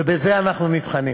ובזה אנחנו נבחנים,